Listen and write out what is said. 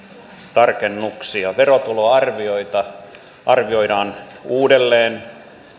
tarkennuksia verotuloarvioita arvioidaan uudelleen